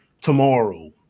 tomorrow